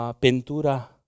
pintura